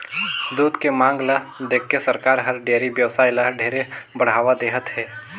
दूद के मांग ल देखके सरकार हर डेयरी बेवसाय ल ढेरे बढ़ावा देहत हे